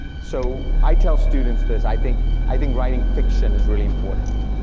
so i tell students this, i think i think writing fiction is really important,